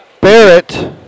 Barrett